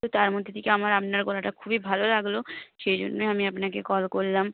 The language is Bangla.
তো তার মধ্যে থেকে আমার আপনার গলাটা খুবই ভালো লাগল সেই জন্যে আমি আপনাকে কল করলাম